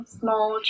small